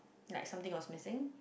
like something was missing